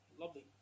Lovely